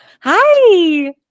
hi